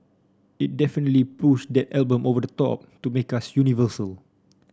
it definitely pushed that album over the top to make us universal